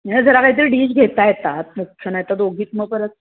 नाही जरा कायतरी डीश घेता येतात मुख्य नाहीतर दोघीत मग परत